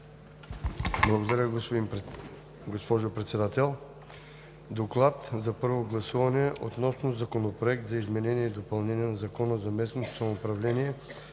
Благодаря Ви, госпожо Председател. „ДОКЛАД за първо гласуване относно Законопроект за изменение и допълнение на Закона за местното самоуправление